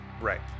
Right